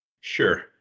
Sure